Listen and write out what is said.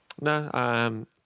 No